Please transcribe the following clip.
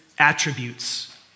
attributes